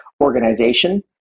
organization